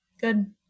Good